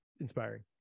inspiring